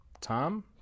Tom